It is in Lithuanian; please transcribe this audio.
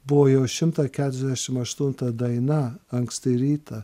buvo jau šimtą keturiasdešim aštunta daina anksti rytą